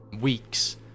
Weeks